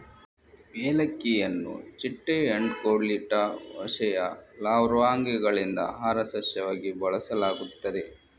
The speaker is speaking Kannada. ಏಲಕ್ಕಿಯನ್ನು ಚಿಟ್ಟೆ ಎಂಡೋಕ್ಲಿಟಾ ಹೋಸೆಯ ಲಾರ್ವಾಗಳಿಂದ ಆಹಾರ ಸಸ್ಯವಾಗಿ ಬಳಸಲಾಗುತ್ತದೆ